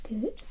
Good